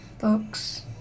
books